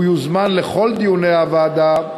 והוא יוזמן לכל דיוני הוועדה,